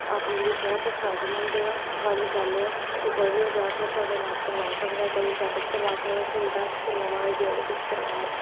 ਆਪਣੇ ਲਈ ਬਹੁਤ ਫ਼ਾਇਦੇਮੰਦ ਆ ਵਾਲੀ ਗੱਲ ਆ ਕਿ ਕੋਈ ਵੀ ਜਾ ਕੇ ਉੱਥੇ ਦਾ ਇਲਾਜ ਕਰਵਾ ਸਕਦਾ ਹੈ ਕੋਈ ਵੀ ਚੈਕਅਪ ਕਰਵਾ ਸਕਦਾ ਖੂਨ ਟੈਸਟ ਕਰਵਾਉਣਾ ਹੋਵੇ ਜੋ ਵੀ ਕੁਛ ਕਰਵਾਉਣਾ ਹੈ